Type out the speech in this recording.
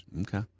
Okay